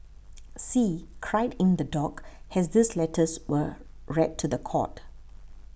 see cried in the dock as these letters were read to the court